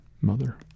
mother